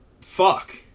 fuck